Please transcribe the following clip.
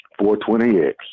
420X